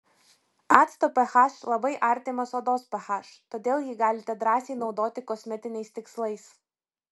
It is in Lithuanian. acto ph labai artimas odos ph todėl jį galite drąsiai naudoti kosmetiniais tikslais